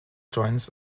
joints